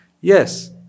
Yes